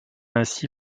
ainsi